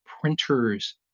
printers